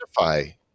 identify